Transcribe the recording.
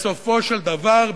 בסופו של דבר,